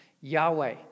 Yahweh